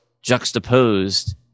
juxtaposed